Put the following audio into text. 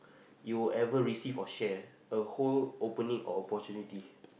you ever receive or share a whole opening or opportunity